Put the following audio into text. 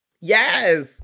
Yes